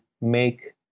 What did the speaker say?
make